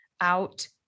out